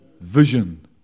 Vision